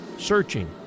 searching